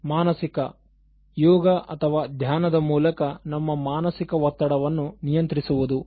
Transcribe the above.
ಮಾನಸಿಕ ಯೋಗ ಅಥವಾ ಧ್ಯಾನದ ಮೂಲಕ ನಮ್ಮ ಮಾನಸಿಕ ಒತ್ತಡವನ್ನು ನಿಯಂತ್ರಿಸುವುದು